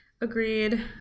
agreed